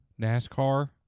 NASCAR